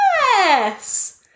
Yes